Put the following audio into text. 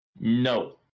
No